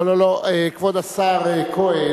לא, לא, כבוד השר כהן,